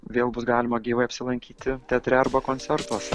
vėl bus galima gyvai apsilankyti teatre arba koncertuose